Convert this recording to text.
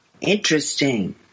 interesting